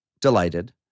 delighted